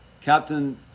Captain